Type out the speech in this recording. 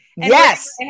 Yes